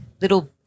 little